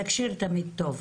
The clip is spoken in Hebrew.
תקשי"ר תמיד טוב,